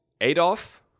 Adolf